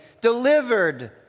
delivered